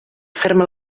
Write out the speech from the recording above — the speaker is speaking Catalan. ferma